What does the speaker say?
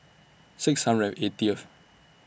six hundred and eightieth